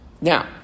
Now